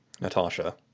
Natasha